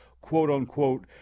quote-unquote